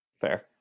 Fair